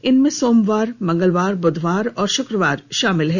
इनमें सोमवार मंगलवार ब्धवार और शुक्रवार शामिल है